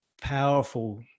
powerful